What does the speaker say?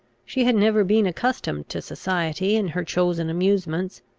she had never been accustomed to society in her chosen amusements,